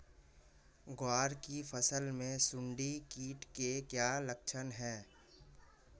ग्वार की फसल में सुंडी कीट के क्या लक्षण है?